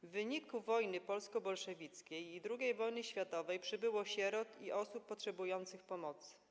W wyniku wojny polsko-bolszewickiej i II wojny światowej przybyło sierot i osób potrzebujących pomocy.